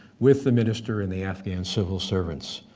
with the minister and the afghan civil servants.